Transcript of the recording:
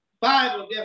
Bible